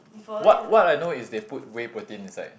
what what I know is they put whey protein inside